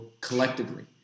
collectively